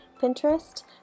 Pinterest